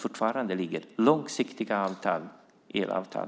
Basindustrin behöver långsiktiga avtal.